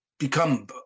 become